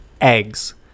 eggs